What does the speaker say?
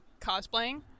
cosplaying